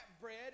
bread